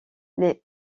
les